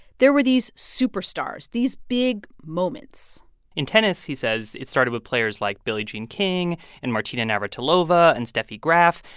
there were these superstars, these big moments in tennis, he says, it started with players like billie jean king and martina navratilova and steffi graf.